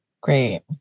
Great